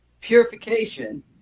purification